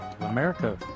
America